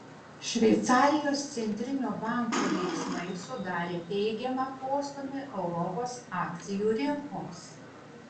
šveicarijos centrinio banko veiksmai sudarė teigiamą postūmį europos akcijų rinkoms